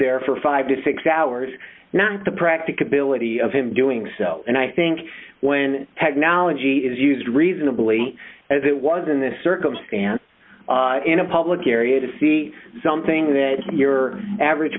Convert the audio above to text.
there for five to six hours not the practicability of him doing so and i think when technology is used reasonably as it was in this circumstance in a public area to see something that your average